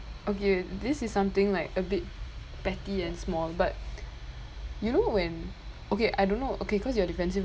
okay this is something like a bit petty and small but you know when okay I don't know okay cause you are defensive